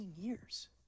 years